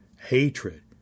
hatred